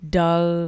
dull